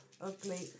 Ugly